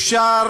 אפשר